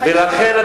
ולכן,